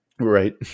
Right